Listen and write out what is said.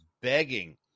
begging